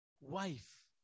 wife